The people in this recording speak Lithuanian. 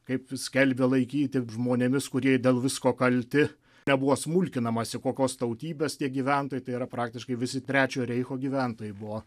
kaip skelbia laikyti žmonėmis kurie dėl visko kalti nebuvo smulkinamasi kokios tautybės tie gyventojai tai yra praktiškai visi trečiojo reicho gyventojai buvo